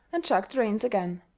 and jerked the reins again.